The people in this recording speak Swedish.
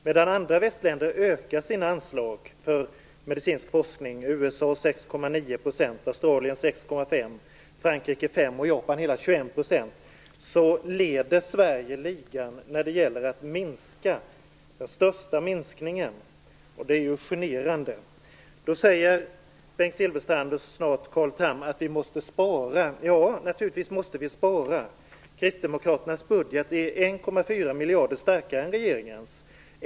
Medan andra västländer ökar sina anslag för medicinsk forskning - USA med 6,9 %, Australien med leder Sverige ligan när det gäller den största minskningen, och det är generande. Då säger Bengt Silfverstrand, och snart Carl Tham, att vi måste spara. Naturligtvis måste vi det. Kristdemokraternas budget är 1,4 miljarder kronor starkare än regeringens.